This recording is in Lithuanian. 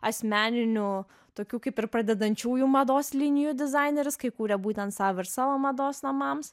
asmeninių tokių kaip ir pradedančiųjų mados linijų dizaineris kai kūrė būtent sau ir savo mados namams